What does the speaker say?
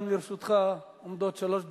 גם לרשותך עומדות שלוש דקות.